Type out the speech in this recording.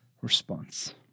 response